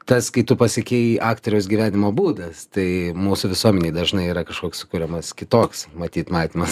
tas kai tu pasakei aktoriaus gyvenimo būdas tai mūsų visuomenėj dažnai yra kažkoks sukuriamas kitoks matyt matymas